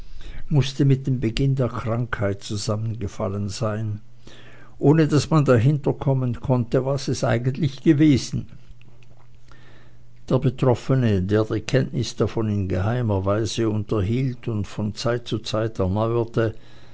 mußte mit dem beginne der krankheit zusammengefallen sein ohne daß man dahinterkommen konnte was es eigentlich gewesen der betroffene der die kenntnis davon in geheimer weise unterhielt und von zeit zu zeit erneuerte